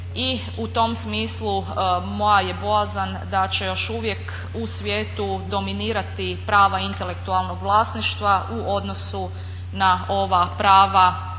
I u tom smislu moja je bojazan da će još uvijek u svijetu dominirati prava intelektualnog vlasništva u odnosu na ova prava